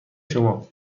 شما